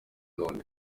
none